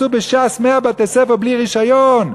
מצאו בש"ס 100 בתי-ספר בלי רישיון.